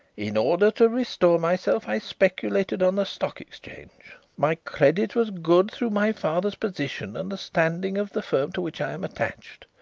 in order to restore myself i speculated on the stock exchange. my credit was good through my father's position and the standing of the to which i am attached.